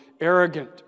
arrogant